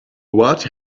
what